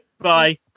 bye